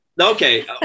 Okay